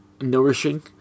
nourishing